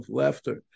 laughter